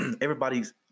everybody's